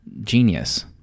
genius